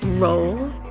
Roll